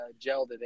gelled